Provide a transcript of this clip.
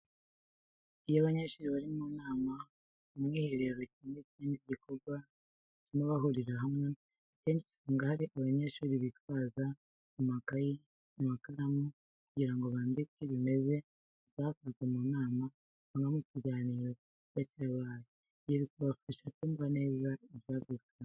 Iyo abanyeshuri bari mu nama, umwiherero, cyangwa ibindi bikorwa bituma bahurira hamwe akenshi usanga hari abanyeshuri bitwaza amakayi n'amakaramu kugira ngo bandike bimeze mu byavuzwe mu nama cyangwa mu kiganiro kiba cyabaye, ibyo bikabafasha kumva neza ibyavuzweho.